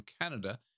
Canada